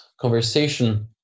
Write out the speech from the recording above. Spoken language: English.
conversation